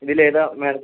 ഇതിൽ ഏതാണ് മാഡം